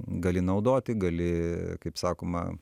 gali naudoti gali kaip sakoma